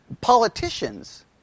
politicians